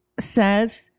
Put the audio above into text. says